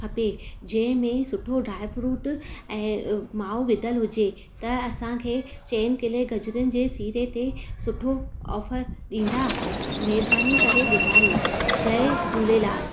खपे जंहिंमें सुठो ड्राए फ्रूट ऐं माओ विधलु हुजे त असांखे चइनि किले गजरुनि जे सीरे ते सुठो ऑफ़र ॾींदा महिरबानी करे ॿुधायो जय झूलेलाल